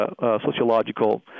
Sociological